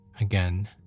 Again